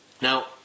Now